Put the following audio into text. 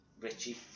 Richie